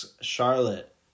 Charlotte